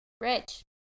Rich